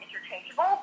interchangeable